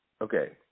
okay